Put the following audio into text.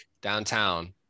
downtown